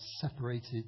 separated